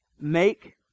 make